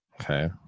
Okay